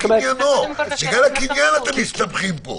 בגלל הקניין אתם מסתבכים פה.